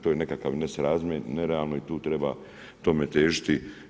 To je nekakav nesrazmjer, nerealno i tu treba tome težiti.